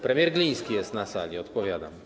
Premier Gliński jest na sali, odpowiadam.